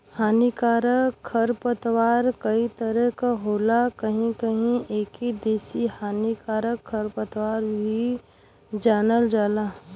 हानिकारक खरपतवार कई तरह क होला कहीं कहीं एके देसी हानिकारक खरपतवार भी जानल जाला